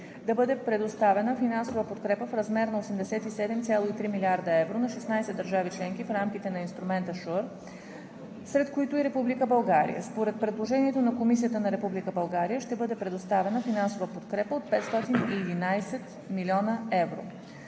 да бъде предоставена финансова подкрепа в размер на 87,3 млрд. евро на 16 държави членки в рамките на инструмента SURE, сред които и Република България. Според предложението на Комисията на Република България ще бъде предоставена финансова подкрепа от 511 млн. евро.